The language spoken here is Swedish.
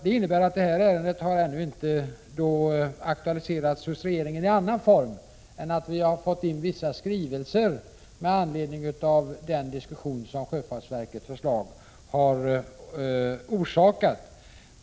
Det innebär att detta ärende ännu inte har aktualiserats hos regeringen i annan form än att vi har fått in vissa skrivelser med anledning av den diskussion som sjöfartsverkets förslag har orsakat.